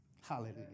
Hallelujah